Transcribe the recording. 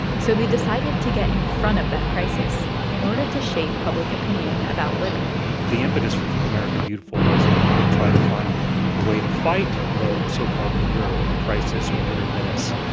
so they decided to get in front of that crisis in order to shape public opinion about litter the impetus for keep america beautiful was to try to find a way to fight the so-called litter crisis, or litter menace,